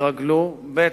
התרגלו, ב.